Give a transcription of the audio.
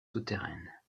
souterraines